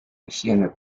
higiene